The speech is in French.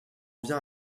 vient